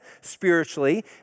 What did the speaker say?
spiritually